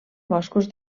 boscos